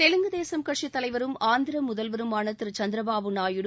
தெலுங்கு தேசக் கட்சித் தலைவரும் ஆந்திர முதல்வருமான திரு சந்திரபாபு நாயுடு